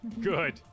good